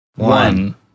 One